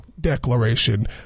declaration